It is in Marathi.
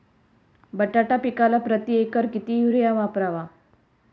बटाटा पिकाला प्रती एकर किती युरिया वापरावा?